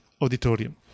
auditorium